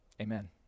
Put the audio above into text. Amen